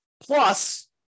Plus